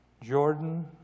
Jordan